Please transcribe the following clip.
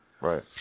Right